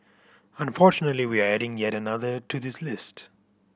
unfortunately we're adding yet another to this list